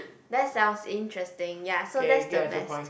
that sounds interesting ya so that's the best